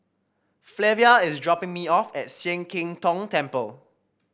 Flavia is dropping me off at Sian Keng Tong Temple